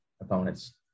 opponents